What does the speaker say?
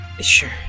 Sure